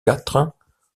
quatre